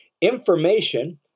information